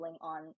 on